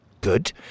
Good